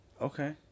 Okay